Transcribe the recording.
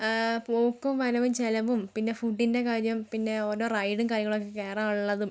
പോക്കും വരവും ചിലവും പിന്നെ ഫുഡിൻ്റെ കാര്യം പിന്നെ ഓരോ റൈഡും കാര്യങ്ങളൊക്കെ കയറാൻ ഉള്ളതും